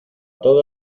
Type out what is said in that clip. todo